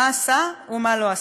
מה עשה ומה לא עשה,